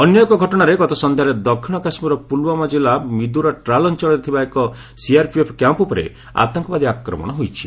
ଅନ୍ୟ ଏକ ଘଟଣାରେ ଗତ ସନ୍ଧ୍ୟାରେ ଦକ୍ଷିଣ କାଶ୍ମୀରର ପୁଲୱାମା କିଲ୍ଲା ମିଦୋରା ଟ୍ରାଲ ଅଞ୍ଚଳରେ ଥିବା ଏକ ସିଆର୍ପିଏଫ୍ କ୍ୟାମ୍ପ ଉପରେ ଆତଙ୍କବାଦୀ ଆକ୍ମଣ ହୋଇଛି